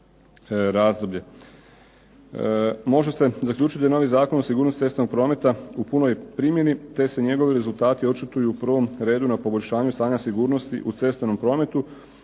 Može se zaključiti da je novi Zakon o sigurnosti cestovnog prometa u punoj primjeni, te se njegovi rezultati očituju u prvom redu na poboljšanju stanja sigurnosti u cestovnom prometu